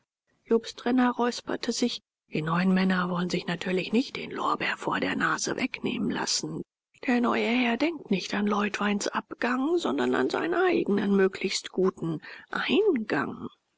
jobst renner räusperte sich die neuen männer wollen sich natürlich nicht den lorbeer vor der nase wegnehmen lassen der neue herr denkt nicht an leutweins abgang sondern an seinen eigenen möglichst guten eingang